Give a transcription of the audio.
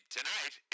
Tonight